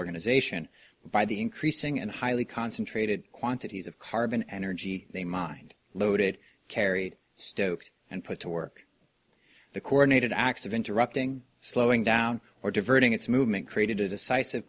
organization by the increasing and highly concentrated quantities of carbon energy they mined loaded carried stoked and put to work the coordinated acts of interrupting slowing down or diverting its movement created a decisive